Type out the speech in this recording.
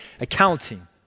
accounting